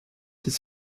qu’il